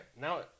Now